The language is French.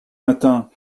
matin